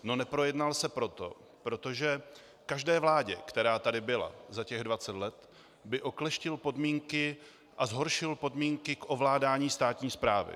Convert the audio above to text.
No, neprojednal se proto, že každé vládě, která tady byla za těch dvacet let, by okleštil podmínky a zhoršil podmínky k ovládání státní správy.